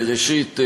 ראשית,